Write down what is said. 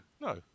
No